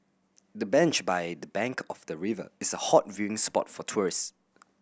the bench by the bank of the river is a hot viewing spot for tourist